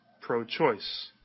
pro-choice